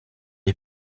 est